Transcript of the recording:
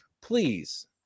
please